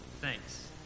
Thanks